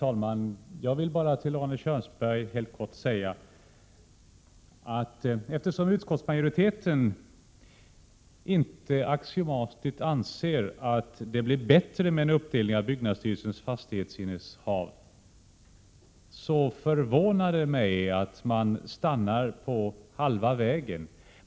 Herr talman! Eftersom Arne Kjörnsberg säger att utskottsmajoriteten inte axiomatiskt anser att det blir bättre med en uppdelning av byggnadsstyrelsens fastighetsinnehav, förvånar det mig att man stannar på halva vägen.